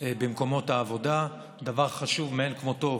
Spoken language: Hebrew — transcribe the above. במקומות העבודה, דבר חשוב מאין כמותו